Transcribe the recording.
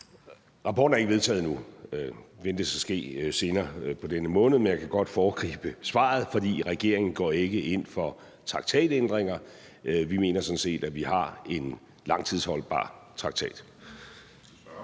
Rapporten er ikke vedtaget endnu. Det ventes at ske senere i denne måned, men jeg kan godt foregribe svaret, for regeringen går ikke ind for traktatændringer. Vi mener sådan set, at vi har en langtidsholdbar traktat.